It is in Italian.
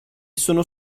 sono